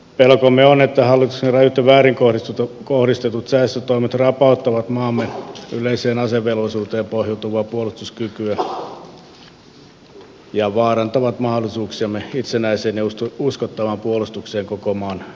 pelkomme on että hallituksen rajut ja väärin kohdistetut säästötoimet rapauttavat maamme yleiseen asevelvollisuuteen pohjautuvaa puolustuskykyä ja vaarantavat mahdollisuuksiamme itsenäiseen ja uskottavaan puolustukseen koko valtakunnan alueella